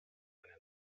einen